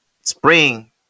spring